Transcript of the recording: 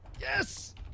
Yes